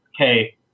okay